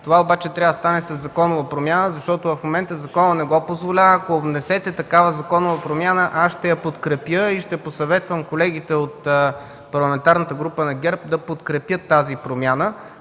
Това трябва да стане със законова промяна, защото в момента законът не го позволява. Ако внесете законова промяна, ще я подкрепя и ще посъветвам колегите от Парламентарната група на ГЕРБ да подкрепят тази промяна.